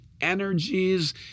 energies